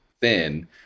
thin